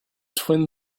twin